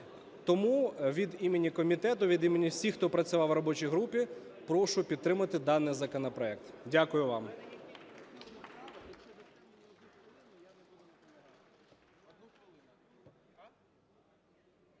Тому від імені комітету, від імені всіх, хто працював у робочій групі, прошу підтримати даний законопроект. Дякую вам.